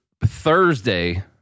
Thursday